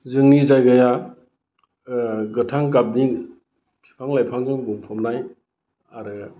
जोंनि जायगाया गोथां गाबनि बिफां लाइफांजों बुंफबनाय आरो